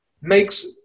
makes